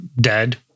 Dead